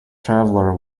traveller